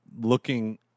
looking